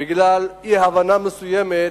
לצערי, בגלל אי-הבנה מסוימת,